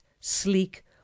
sleek